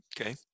Okay